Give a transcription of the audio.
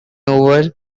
over